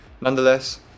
Nonetheless